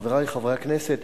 חברי חברי הכנסת,